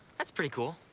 that's pretty cool.